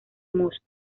mus